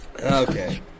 Okay